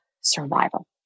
survival